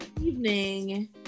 evening